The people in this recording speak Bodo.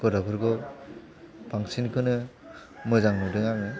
गथ'फोरखौ बांसिनखौनो मोजां नुदों आङो